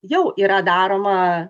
jau yra daroma